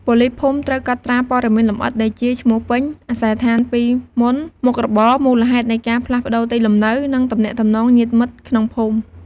ប៉ូលីសភូមិត្រូវ កត់ត្រាព័ត៌មានលម្អិតដូចជា ឈ្មោះពេញ អាសយដ្ឋានពីមុន មុខរបរ មូលហេតុនៃការផ្លាស់ប្តូរទីលំនៅ និងទំនាក់ទំនងញាតិមិត្តក្នុងភូមិ ។